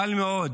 קל מאוד